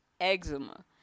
eczema